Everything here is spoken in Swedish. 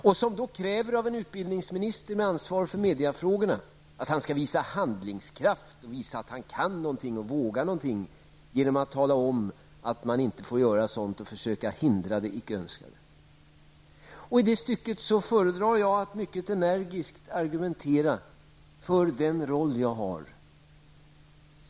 Denne person kräver av en utbildningsminister med ansvar för mediafrågorna att han skall visa handlingskraft och visa att han kan och vågar någonting genom att tala om vad man inte får göra och försöka hindra det icke önskade. I sådana sammanhang föredrar jag att mycket energiskt argumentera för den roll jag har.